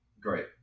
great